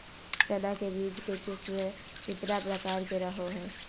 चना के बीज के किस्म कितना प्रकार के रहो हय?